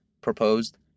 proposed